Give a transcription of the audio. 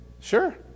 Sure